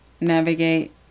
navigate